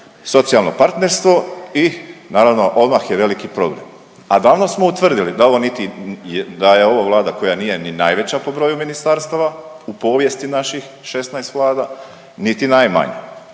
socijalno partnerstvo i naravno odmah je veliki problem. A davno smo utvrdili da ovo niti da je ovo Vlada koja nije ni najveća po broju ministarstava u povijesti naših 16 vlada niti najmanja.